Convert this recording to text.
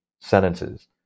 sentences